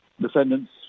defendant's